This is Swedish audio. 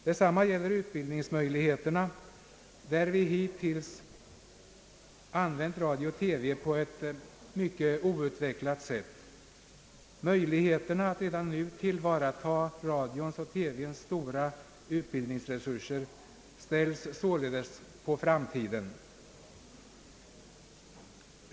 Detsamma gäller utbildningsmöjligheterna, där vi hittills använt radio-TV på ett mycket outvecklat sätt. Möjligheterna att redan nu tillvarata radio-TV:s stora utbildningsresurser ställs således på framtiden.